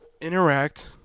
interact